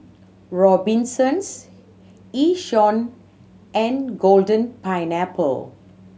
Robinsons Yishion and Golden Pineapple